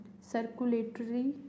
circulatory